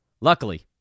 Luckily